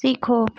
सीखो